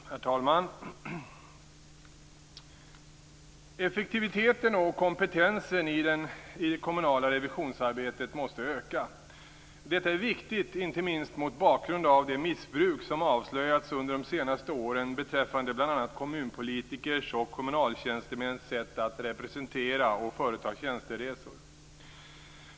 Herr talman! Effektiviteten och kompetensen i det kommunala revisionsarbetet måste öka. Detta är viktigt inte minst mot bakgrund av det missbruk som avslöjats under de senaste åren beträffande bl.a. kommunpolitikers och kommunaltjänstemäns sätt att representera och företa tjänsteresor.